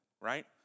right